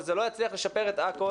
אבל זה לא יצליח לשפר את עכו,